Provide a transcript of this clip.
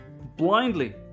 blindly